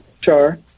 Sure